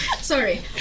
sorry